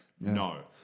No